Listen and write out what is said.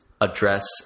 address